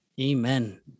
Amen